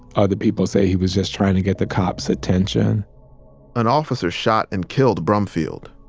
other people say he was just trying to get the cop's attention an officer shot and killed brumfield.